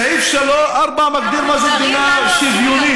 סעיף 4 מגדיר מה זה מדינה שוויונית,